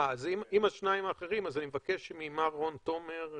אז אני מבקש ממר רון תומר.